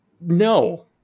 No